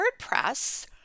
WordPress